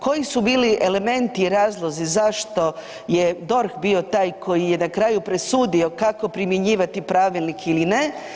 Koji su bili elementi i razlozi zašto je DORH bio taj koji je na kraju presudio kako primjenjivati pravilnik ili ne?